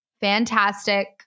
fantastic